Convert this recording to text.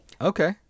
Okay